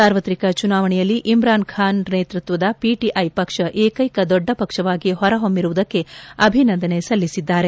ಸಾರ್ವತ್ರಿಕ ಚುನಾವಣೆಯಲ್ಲಿ ಇಮ್ರಾನ್ ಖಾನ್ ನೇತೃತ್ವದ ಪಿಟಿಐ ಪಕ್ಷ ಏಕೈಕ ದೊಡ್ಡ ಪಕ್ಷವಾಗಿ ಹೊರ ಹೊಮ್ಮಿರುವುದಕ್ಕೆ ಅಭಿನಂದನೆ ಸಲ್ಲಿಸಿದ್ದಾರೆ